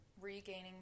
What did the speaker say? regaining